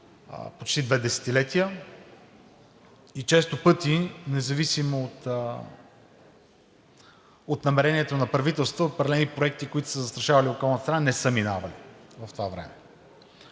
почти две десетилетия. Често пъти, независимо от намеренията на правителства, определени проекти, които са застрашавали околната среда, не са минавали в това време.